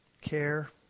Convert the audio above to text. care